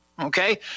Okay